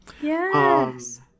Yes